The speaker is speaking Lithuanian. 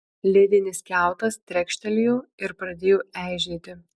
ledinis kiautas trekštelėjo ir pradėjo eižėti